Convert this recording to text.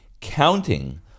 counting